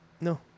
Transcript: No